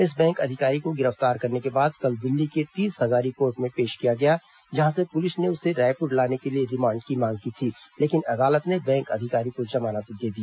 इस बैंक अधिकारी को गिरफ्तार करने के बाद कल दिल्ली के तीस हजारी कोर्ट में पेश किया गया जहां से पुलिस ने उसे रायपुर लाने के लिए रिमांड की मांग की थी लेकिन अदालत ने बैंक अधिकारी को जमानत दे दी